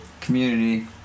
Community